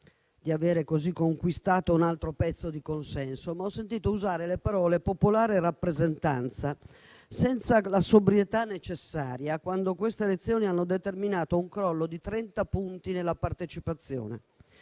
di avere così conquistato un altro pezzo di consenso; ma ho sentito usare le parole «popolare» e «rappresentanza» senza la sobrietà necessaria quando queste elezioni hanno determinato un crollo di 30 punti nella partecipazione.